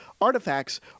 artifacts